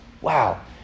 Wow